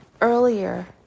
earlier